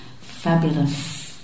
fabulous